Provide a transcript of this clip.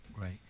Right